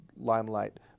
limelight